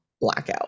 blackout